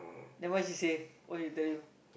then what she say what she tell you